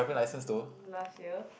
last year